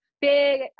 big